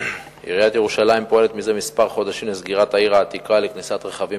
עיריית ירושלים פועלת זה כמה חודשים לסגירת העיר העתיקה לכניסת רכבים